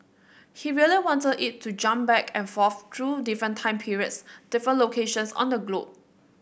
he really wanted it to jump back and forth through different time periods different locations on the globe